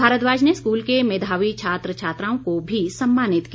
भारद्वाज ने स्कूल के मेधावी छात्र छात्राओं को भी सम्मानित किया